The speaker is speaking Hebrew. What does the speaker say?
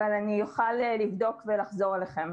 אבל אני אוכל לבדוק ולחזור אליכם.